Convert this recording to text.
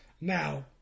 Now